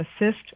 assist